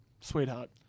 sweetheart